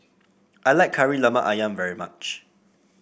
I like Kari Lemak ayam very much